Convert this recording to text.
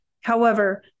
however-